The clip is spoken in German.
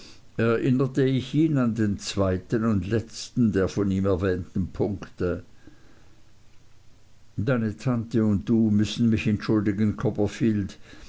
erinnerte ich ihn an den zweiten und letzten der von ihm erwähnten punkte deine tante und du müssen mich entschuldigen copperfield